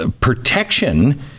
protection